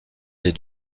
des